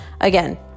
Again